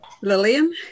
Lillian